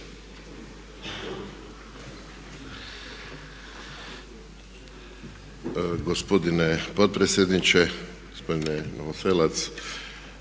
Hvala.